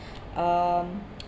um